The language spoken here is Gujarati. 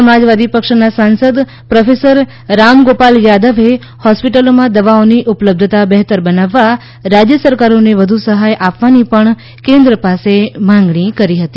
સમાજવાદી પક્ષના સાંસદ પ્રોફેસર રામગોપાલ યાદવે હોસ્પિટલોમાં દવાઓની ઉપલબ્ધતા બહેતર બનાવવા રાજ્ય સરકારોને વધુ સહાય આપવાની કેન્દ્ર પાસે માંગણી કરી હતી